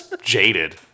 jaded